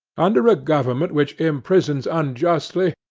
under a government which imprisons unjustly,